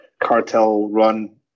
cartel-run